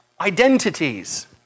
identities